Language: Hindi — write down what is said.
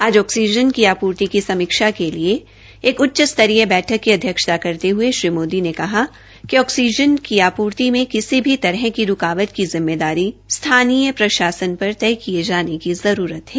आज ऑक्सीजन की आपूर्ति की समीक्षा के लिए एक उच्च स्तरीय बैठक की अध्यक्षता करने हये श्री मोदी ने कहा कि ऑक्सीजन की आपूर्ति मे किसी भी तरह की रूकावट की जिम्मेदारी स्थानीय प्रशासन पर तय किये जाने की जरूरत है